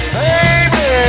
baby